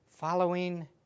Following